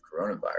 coronavirus